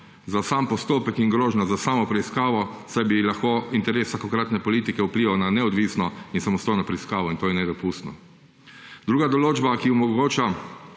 za sam postopek in grožnjo za samo preiskavo, saj bi lahko interes vsakokratne politike vplival na neodvisno in samostojno preiskavo, in to je nedopustno. Druga določba, ki omogoča